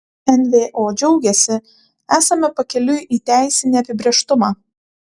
nvo džiaugiasi esame pakeliui į teisinį apibrėžtumą